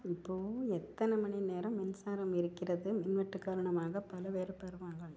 இப்போது எத்தனை மணிநேரம் மின்சாரம் இருக்கிறது மின்வெட்டு காரணமாக பல்வேறு பருவங்கள்